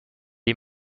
est